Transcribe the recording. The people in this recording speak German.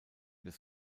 des